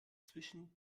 zwischen